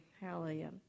Hallelujah